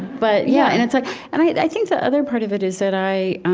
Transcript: but yeah, and it's like i think the other part of it is that i